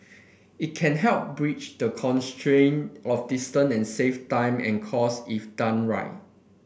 it can help bridge the constraint of distance and save time and cost if done right